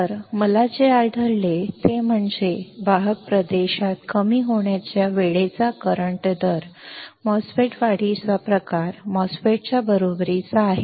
तर मला जे आढळले ते म्हणजे वाहक प्रदेशात कमी होण्याच्या वेळेचा करंट दर MOSFET वाढीच्या प्रकार MOSFET च्या बरोबरीचा आहे